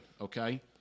okay